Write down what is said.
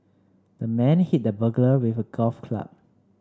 the man hit the burglar with a golf club